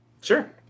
Sure